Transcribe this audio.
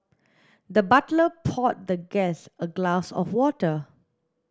the butler poured the guest a glass of water